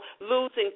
losing